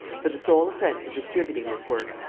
for the sole offence of distributing this work,